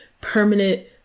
permanent